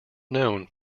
known